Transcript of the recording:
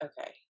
Okay